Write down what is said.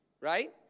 right